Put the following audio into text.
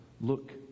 look